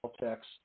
text